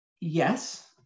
Yes